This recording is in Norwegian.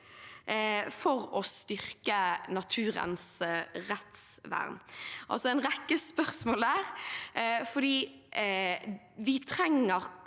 for å styrke naturens rettsvern? Det var altså en rekke spørsmål der, for vi trenger